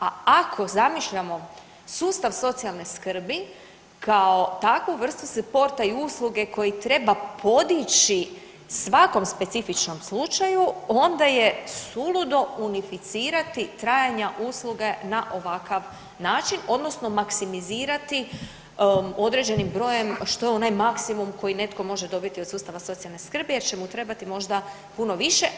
A ako zamišljamo sustav socijalne skrbi kao takvu vrstu suporta i usluge koji treba podići svakom specifičnom slučaju onda je suludo unificirati trajanja usluge na ovakav način odnosno maksimizirati određenim brojem što je onaj maksimum koji netko može dobiti od sustava socijalne skrbi jer će mu trebati možda puno više.